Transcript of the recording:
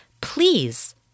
please